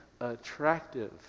attractive